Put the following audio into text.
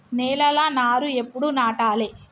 నేలలా నారు ఎప్పుడు నాటాలె?